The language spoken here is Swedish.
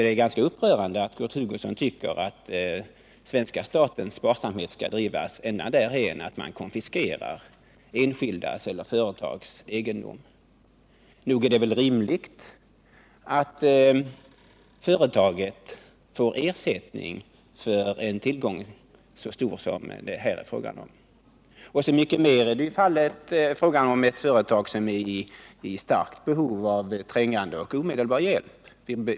Det är ganska upprörande att Kurt Hugosson tycker att statens sparsamhet skall drivas därhän att man konfiskerar enskildas eller företags egendom. Nog är det väl rimligt att företaget får ersättning för en tillgång så stor som det här är fråga om, så mycket mer som det gäller ett företag i starkt behov av omedelbar hjälp.